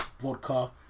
vodka